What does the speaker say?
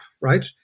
right